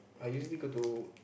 I usually go to